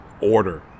order